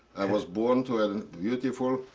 i was born to a beautiful,